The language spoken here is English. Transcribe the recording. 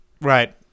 Right